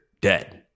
dead